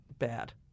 bad